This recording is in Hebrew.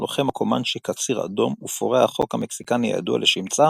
לוחם הקומאנצ'י "קציר אדום" ופורע החוק המקסיקני הידוע לשמצה,